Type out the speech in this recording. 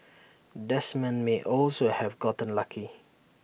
Desmond may also have gotten lucky